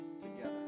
together